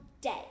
day